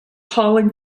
calling